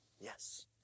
Yes